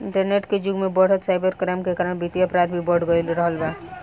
internet के जुग में बढ़त साइबर क्राइम के कारण वित्तीय अपराध भी बढ़ रहल बा